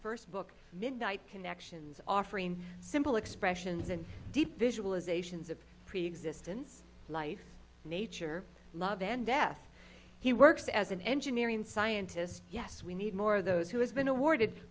first book midnight connections offering simple expressions and deep visualizations of preexistence life nature love and death he works as an engineering scientist yes we need more of those who has been awarded